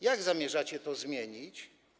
Jak zamierzacie to zmienić?